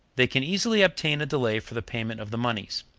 they can easily obtain a delay for the payment of the moneys.